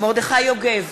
מרדכי יוגב,